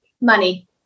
Money